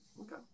okay